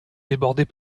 débordés